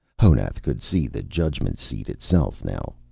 honath could see the judgment seat itself now,